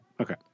okay